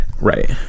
right